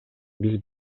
биз